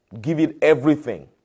give-it-everything